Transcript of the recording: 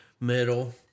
middle